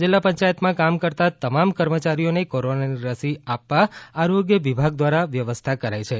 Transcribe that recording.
જિલ્લા પંચાયતમાં કામ કરતા તમામ કર્મચારીઓને કોરોનાની રસી આપવા આરોગ્ય વિભાગ દ્વારા વ્યવસ્થા કરાઈ છે